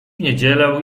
niedzielę